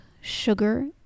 sugar